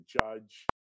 judge